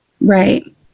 Right